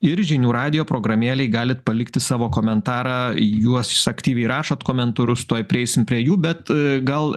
ir žinių radijo programėlėj galit palikti savo komentarą juos aktyviai rašot komentarus tuoj prieisim prie jų bet gal